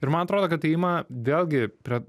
ir man atrodo kad tai ima vėlgi prie